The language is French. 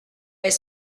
est